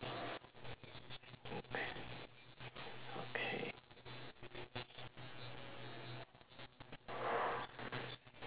okay okay